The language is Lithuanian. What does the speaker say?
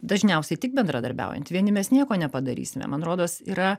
dažniausiai tik bendradarbiaujant vieni mes nieko nepadarysime man rodos yra